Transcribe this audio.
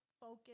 Focus